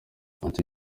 ati